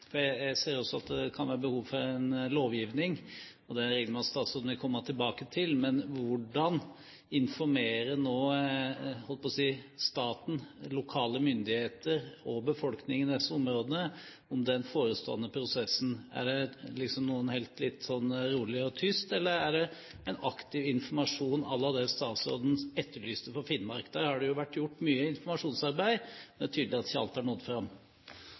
for en lovgivning, og den regner jeg med at statsråden vil komme tilbake til: Hvordan informerer nå staten lokale myndigheter og befolkningen i disse områdene om den forestående prosessen? Er det noe man holder litt rolig og tyst, eller er det en aktiv informasjon à la det statsråden etterlyste for Finnmark? Der har det jo vært gjort mye informasjonsarbeid, men det er tydelig at ikke alt har nådd fram.